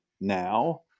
now